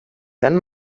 dann